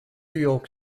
york